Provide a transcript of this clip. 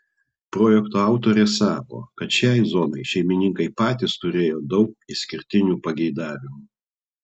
projekto autorė sako kad šiai zonai šeimininkai patys turėjo daug išskirtinių pageidavimų